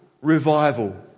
revival